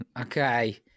Okay